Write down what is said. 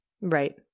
Right